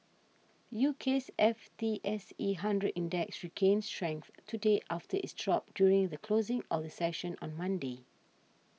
UK's F T S E Hundred Index regained strength today after its drop during the closing of the session on Monday